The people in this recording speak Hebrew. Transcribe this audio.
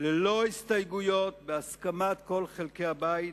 ללא הסתייגויות, בהסכמת כל חלקי הבית,